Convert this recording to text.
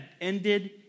ended